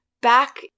back